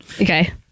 Okay